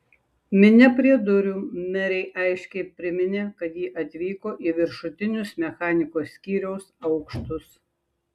minia prie durų merei aiškiai priminė kad ji atvyko į viršutinius mechanikos skyriaus aukštus